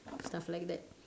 stuff like that